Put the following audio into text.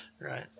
Right